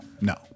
no